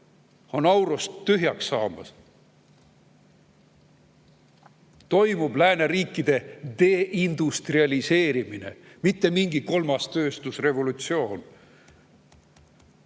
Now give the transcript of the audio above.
on aurust tühjaks saamas. Toimub lääneriikide deindustrialiseerimine, mitte mingi kolmas tööstusrevolutsioon.